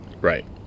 Right